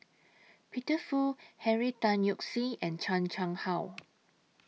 Peter Fu Henry Tan Yoke See and Chan Chang How